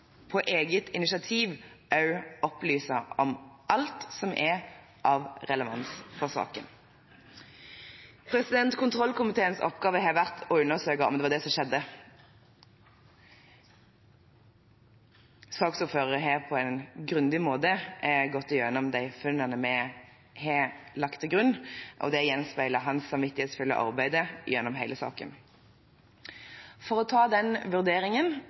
på eget initiativ – som det står – også opplyse om alt som er av relevans for saken. Kontrollkomiteens oppgave har vært å undersøke om det var det som skjedde. Saksordføreren har på en grundig måte gått igjennom de funnene vi har lagt til grunn, og det gjenspeiler hans samvittighetsfulle arbeid gjennom hele saken. For å ta denne vurderingen